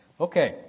Okay